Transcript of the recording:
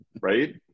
Right